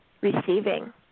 receiving